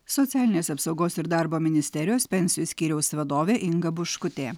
socialinės apsaugos ir darbo ministerijos pensijų skyriaus vadovė inga buškutė